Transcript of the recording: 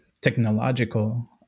technological